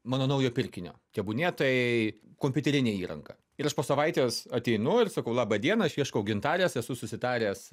mano naujo pirkinio tebūnie tai kompiuterinė įranga ir aš po savaitės ateinu ir sakau laba diena aš ieškau gintarės esu susitaręs